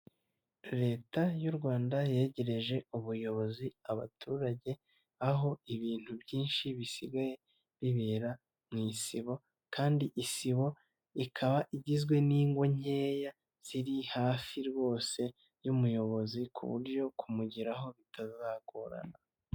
Leta y'u rwanda yegereje ubuyobozi abaturage, aho ibintu byinshi bisigaye bibera mu isibo kandi isibo ikaba igizwe n'ingo nkeya ziri hafi rwose y'umuyobozi ku buryo kumugeraho bitazagorana.